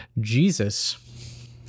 Jesus